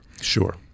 Sure